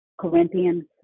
Corinthians